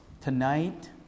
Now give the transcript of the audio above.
Tonight